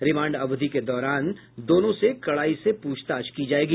remand अवधि के दौरान दोनों से कड़ाई से पूछताछ की जायेगी